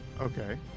Okay